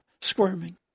squirming